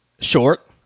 Short